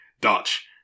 Dutch